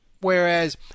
Whereas